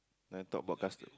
then talk about customer